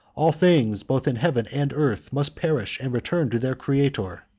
all things, both in heaven and earth, must perish and return to their creator.